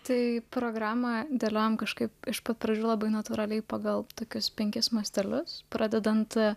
taip programą dėliojame kažkaip iš pat pradžių labai natūraliai pagal tokius penkis mastelius pradedant